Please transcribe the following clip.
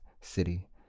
city